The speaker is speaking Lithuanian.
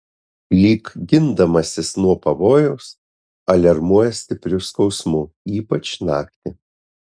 lyg gindamasis nuo pavojaus aliarmuoja stipriu skausmu ypač naktį